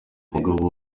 umugabo